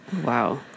Wow